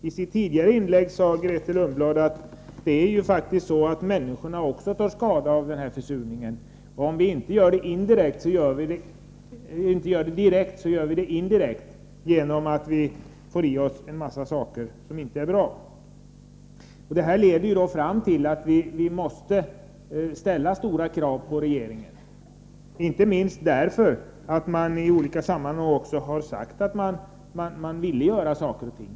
I sitt tidigare inlägg sade Grethe Lundblad att människorna faktiskt också tar skada av försurningen. Om vi inte gör det direkt så gör vi det indirekt, genom att vi får i oss en mängd ämnen som inte är bra. Det här leder fram till att vi måste ställa stora krav på regeringen, inte minst därför att man i olika sammanhang har sagt att man vill göra saker och ting.